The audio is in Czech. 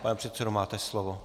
Pane předsedo, máte slovo.